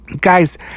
Guys